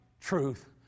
truth